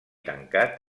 tancat